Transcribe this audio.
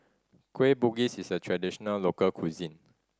Kueh Bugis is a traditional local cuisine